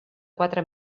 quatre